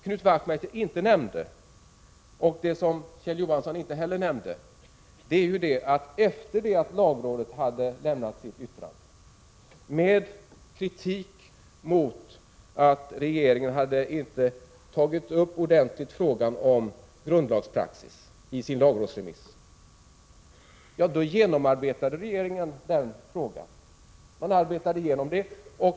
Knut Wachtmeister och Kjell Johansson nämnde inte att regeringen efter det att lagrådet lämnat sitt yttrande, med kritik mot att regeringen inte hade tagit upp ordentligt frågan om grundlagspraxis i sin lagrådsremiss, arbetade igenom frågan.